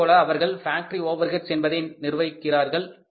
அதேபோல அவர்கள் எவ்வாறு பாக்டரி ஓவெர்ஹெட்ஸ் என்பதை நிர்வகிக்கிறார்கள்